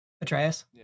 Atreus